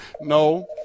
No